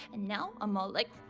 and now i'm all like